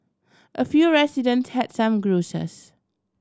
a few residents has some grouses